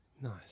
nice